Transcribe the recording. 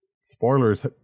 spoilers